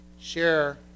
share